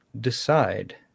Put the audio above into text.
decide